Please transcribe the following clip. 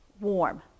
warm